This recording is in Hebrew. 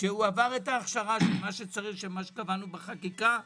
שהוא עבר את ההכשרה שצריך כפי שקבענו בחקיקה,